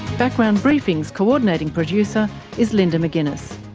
background briefing's co-ordinating producer is linda mcginness,